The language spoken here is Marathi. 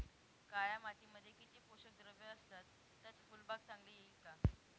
काळ्या मातीमध्ये किती पोषक द्रव्ये असतात, त्यात फुलबाग चांगली येईल का?